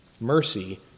Mercy